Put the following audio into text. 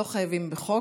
לא חייבים בחוק,